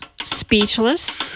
speechless